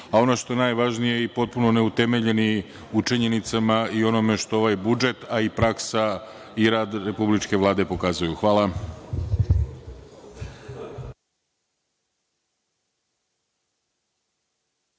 a ono što je najvažnije i potpuno neutemeljeni u činjenicama i u onome što ovaj budžet, a i praksa rad republičke Vlade pokazuju. Hvala.